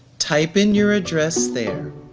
type in your address there.